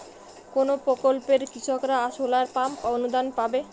কোন প্রকল্পে কৃষকরা সোলার পাম্প অনুদান পাবে?